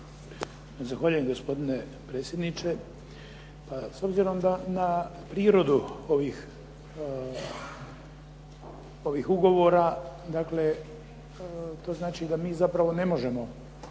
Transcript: Zahvaljujem gospodine potpredsjedniče. S obzirom na prirodu ovih ugovora, dakle to znači da mi zapravo ne možemo